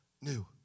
new